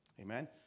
Amen